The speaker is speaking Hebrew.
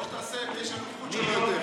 או שתעשה מי שהנוכחות שלו יותר.